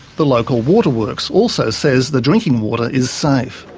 the local water works also says the drinking water is safe.